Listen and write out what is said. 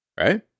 right